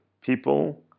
people